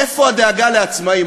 איפה הדאגה לעצמאים?